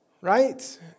right